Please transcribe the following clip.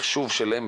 המחשוב שלהם,